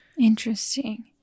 Interesting